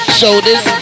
shoulders